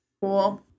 Cool